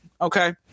Okay